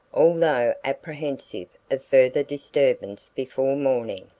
although apprehensive of further disturbance before morning.